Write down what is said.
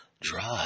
drive